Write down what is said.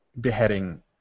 beheading